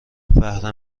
بهره